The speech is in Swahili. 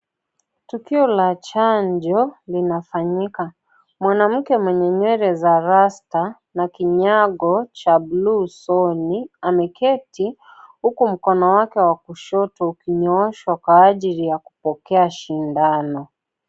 Tukio la chanjo linafanyika, mwanamke mwenye nywele za rasta na kinyago cha bluu soni ameketi huku mkono wake wa kushoto ikinyooshwa wa ajili ya kupokea sindano.